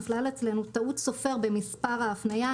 נפלה אצלנו טעות סופר במספר ההפניה.